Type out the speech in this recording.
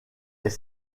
est